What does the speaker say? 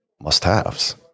must-haves